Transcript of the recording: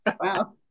Wow